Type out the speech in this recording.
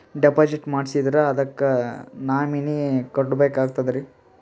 Deposit ಮಾಡ್ಸಿದ್ರ ಅದಕ್ಕ nominee ಕೊಡಬೇಕಾಗ್ತದ್ರಿ?